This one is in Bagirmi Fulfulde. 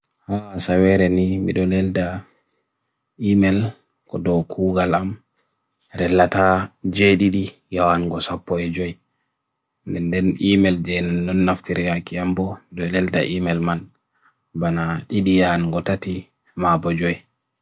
Asawere ni mi dolelda email kodo kuga lam, relata JDD yaan gosak bo e joy, nenden email jen lunnaftiria kiambo dolelda email man, bana IDD yaan gotati ma bo joy.